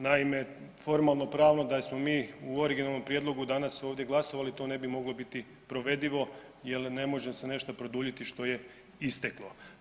Naime, formalnopravno da smo mi u originalnom prijedlogu danas ovdje glasovali, to ne bi moglo biti provedivo jer ne može se nešto produljiti što je isteklo.